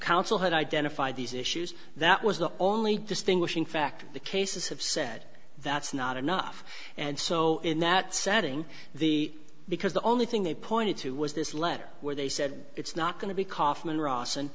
council had identified these issues that was the only distinguishing fact the cases have said that's not enough and so in that setting the because the only thing they pointed to was this letter where they said it's not going to be kaufman r